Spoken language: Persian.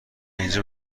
اینجا